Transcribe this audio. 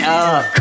up